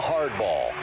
Hardball